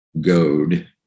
goad